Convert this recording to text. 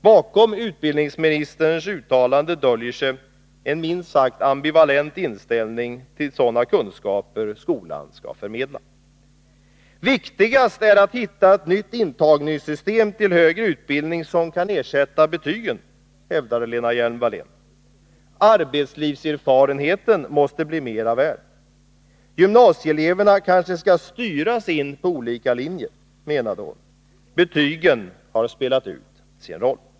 Bakom utbildningsministerns uttalande döljer sig en minst sagt ambivalent inställning till sådana kunskaper som skolan skall förmedla. Viktigast är att hitta ett nytt intagningssystem — till högre utbildning — som kan ersätta betygen, hävdade Lena Hjelm-Wallén. Arbetslivserfarenhet måste bli mera värd. Gymnasieeleverna kanske skall styras in på olika linjer, menade hon. Betygen har spelat ut sin roll.